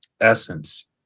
essence